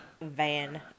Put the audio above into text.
Van